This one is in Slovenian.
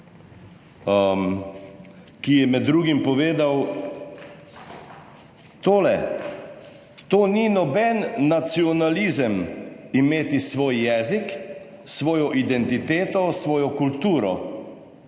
ki je med drugim povedal tole: »To ni noben nacionalizem, imeti svoj jezik, svojo identiteto, svojo kulturo.«